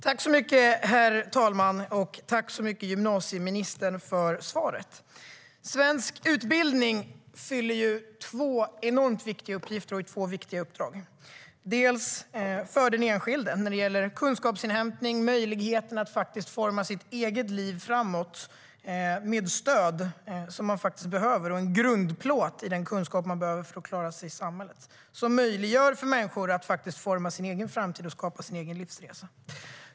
Herr talman! Jag tackar gymnasieministern för svaret. Svensk utbildning har två enormt viktiga uppgifter och två viktiga uppdrag för den enskilde när det gäller kunskapsinhämtning. Det handlar om möjligheten för eleverna att faktiskt forma sitt eget liv framåt med stöd som de behöver och en grundplåt i den kunskap som de behöver för att klara sig i samhället. Detta möjliggör för människor att forma sin egen framtid och skapa sin egen livsresa.